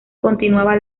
continuaba